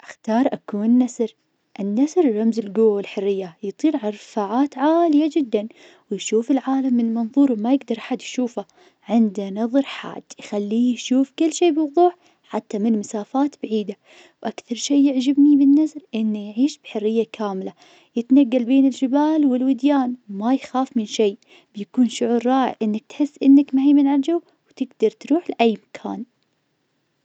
أختار أكون نسر, النسر رمز القوة والحرية, يطير ساعات عالية جداً, ويشوف العالم من منظور ما يقدر حد يشوفه, عنده نظر حاد يخليه يشوف كل شي بوضوح, حتى مسافات بعيدة, وأكثر شي يعجبني بالنسر, إنه يعيش بحرية كاملة, يتنقل بين الجبال والوديان, ما يخاف من شي, بيكون شعور رائع إنك تحس إنك مهيمن عالجو, تقدر تروح لأي مكان.